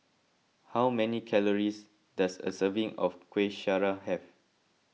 how many calories does a serving of Kuih Syara have